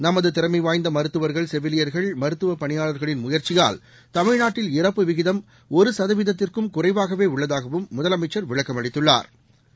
நமது திறமை வாய்ந்த மருத்துவர்கள் செவிலியர்கள் மருத்துவ பணியாளர்களின் முயற்சியால் தமிழ்நாட்டில் இறப்பு விகிதம் ஒரு சதவீதத்திற்கு குறைவாகவே உள்ளதாகவும் முதலமைச்சா் விளக்கம் அளித்துள்ளா்